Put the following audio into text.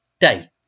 day